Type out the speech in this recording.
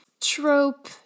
trope